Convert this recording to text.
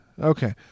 Okay